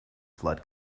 flood